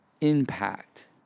impact